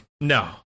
No